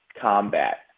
combat